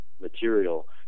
material